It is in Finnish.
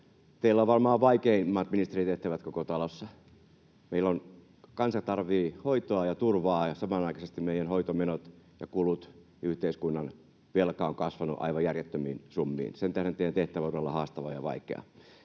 Teillä on varmaan vaikeimmat ministeritehtävät koko talossa. Meillä kansa tarvitsee hoitoa ja turvaa, ja samanaikaisesti meidän hoitomenot ja -kulut, yhteiskunnan velka, ovat kasvaneet aivan järjettömiin summiin. Sen tähden teidän tehtävänne on todella haastava ja vaikea.